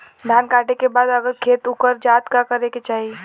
धान कांटेके बाद अगर खेत उकर जात का करे के चाही?